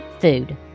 food